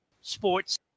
Sports